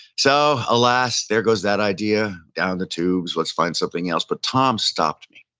so, alas, there goes that idea down the tubes. let's find something else. but tom stopped me,